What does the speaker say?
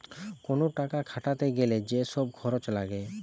কোন টাকা খাটাতে গ্যালে যে সব খরচ লাগে